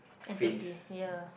entity ya